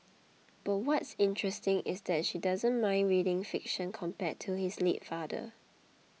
but what's interesting is that she doesn't mind reading fiction compared to his late father